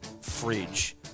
fridge